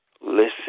Listen